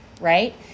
right